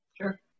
sure